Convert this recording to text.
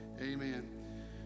Amen